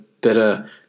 better